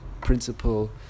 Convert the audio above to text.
principle